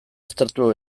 aztertu